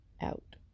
out